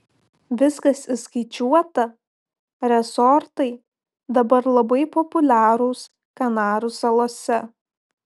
viskas įskaičiuota resortai dabar labai populiarūs kanarų salose